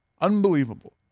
Unbelievable